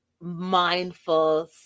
mindful